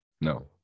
No